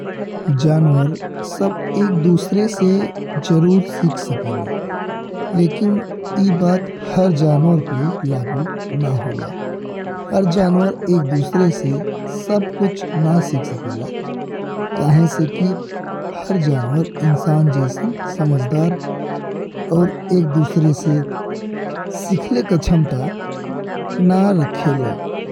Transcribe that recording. जानवर सब एक दूसरे से जरूर सीख सकेना, लेकिन ई बात हर जानवर पे लागू ना होला। हर जानवर एक दूसरे सब कुछ ना सीख सकेला, काहे से कि हर जानवर इंसान जइसन समझदार और एक दूसरे से सीखले का क्षमता ना रखेला।